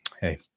hey